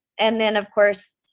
and then of course,